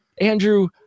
Andrew